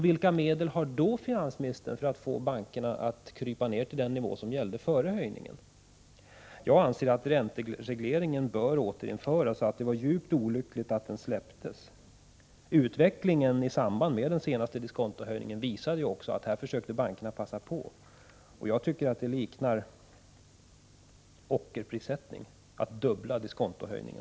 Vilka medel har finansministern i så fall att förmå bankerna att sänka räntan till den nivå som gällde före höjningen? Jag anser att ränteregleringen bör återinföras och att det var djupt olyckligt att den slopades. Utvecklingen i samband med den senaste diskontohöjningen visar ju att bankerna försökte passa på. Jag tycker att det liknar ockerprissättning att dubbla diskontohöjningen.